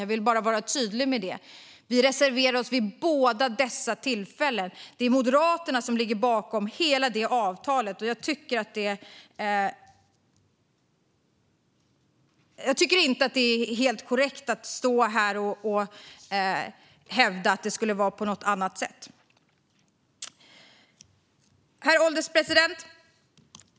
Jag vill bara vara tydlig med det. Vi reserverade oss alltså vid båda dessa tillfällen. Det är Moderaterna som ligger bakom hela detta avtal. Jag tycker inte att det är helt korrekt att stå här och hävda att det skulle vara på något annat sätt. Herr ålderspresident!